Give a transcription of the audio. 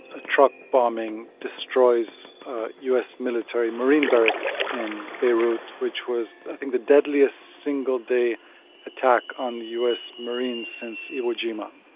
truck bombing destroys u s. military marine barracks in beirut, which was, i think, the deadliest single-day attack on the u s. marines since iwo jima.